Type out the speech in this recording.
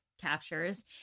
captures